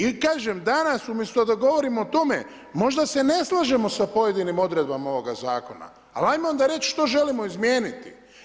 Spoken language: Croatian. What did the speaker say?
I kažem danas umjesto da govorimo o tome možda se ne slažemo sa pojedinim odredbama ovoga zakona, ali ajmo onda reći što želimo izmijeniti.